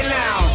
now